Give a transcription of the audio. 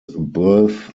birth